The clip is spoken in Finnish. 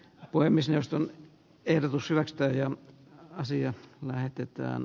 poimi siestan ehdotus ylestä ja asia lähetetään